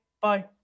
Bye